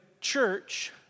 church